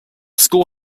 school